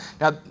Now